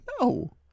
No